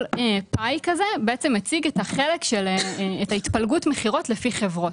כל פאי כזה מציג את התפלגות המכירות לפי חברות.